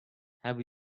have